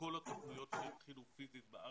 שכל התוכניות שהתחילו פיזית בארץ,